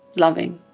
loving,